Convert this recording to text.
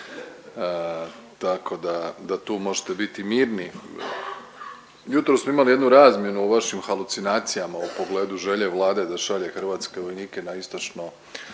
tako da tu možete biti mirni. Jutros smo imali jednu razmjenu o vašim halucinacijama u pogledu želje Vlade da šalje hrvatske vojnike na istočno